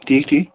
ٹھیٖک ٹھیٖک